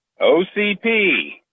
OCP